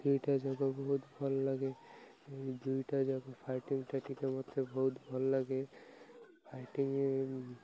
ଦୁଇଟାଯାକ ବହୁତ ଭଲ ଲାଗେ ଦୁଇଟା ଯାକ ଫାଇଟିଂଟା ଟିକେ ମୋତେ ବହୁତ ଭଲ ଲାଗେ ଫାଇଟିଙ୍ଗ